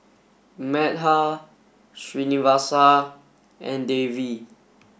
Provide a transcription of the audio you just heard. Medha Srinivasa and Devi